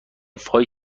فای